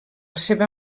seva